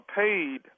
paid